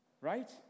Right